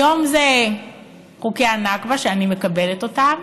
היום זה חוקי הנכבה, שאני מקבלת אותם,